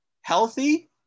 healthy